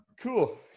Cool